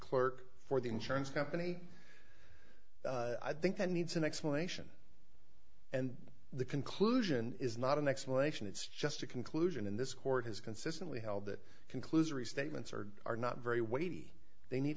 clerk for the insurance company i think that needs an explanation and the conclusion is not an explanation it's just a conclusion in this court has consistently held that conclusory statements are are not very weighty they need